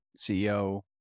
CEO